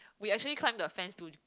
we actually climb the fence to